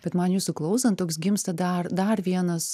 bet man jūsų klausan toks gimsta dar dar vienas